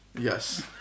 Yes